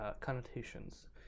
connotations